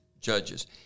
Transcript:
judges